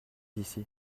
ici